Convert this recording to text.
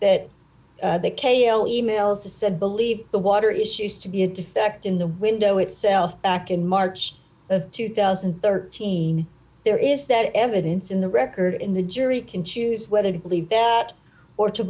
that they kayla e mails to said believe the water issues to be a defect in the window itself back in march of two thousand and thirteen there is that evidence in the record in the jury can choose whether to believe that or to